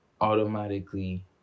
automatically